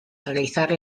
realizar